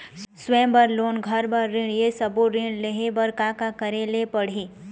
स्वयं बर लोन, घर बर ऋण, ये सब्बो ऋण लहे बर का का करे ले पड़ही?